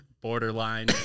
borderline